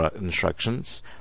instructions